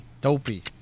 Dopey